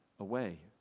away